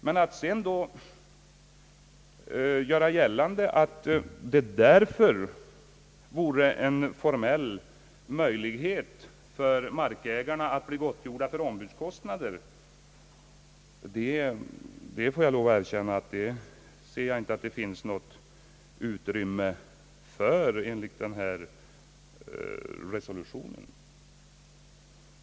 Men att sedan göra gällande, att markägarna därför har haft formell möjlighet att få gottgörelse för ombudskostnader, kan jag inte se att det finns något stöd för i ifrågavarande resolution.